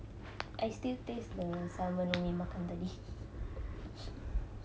I still taste the salmon yang kami makan tadi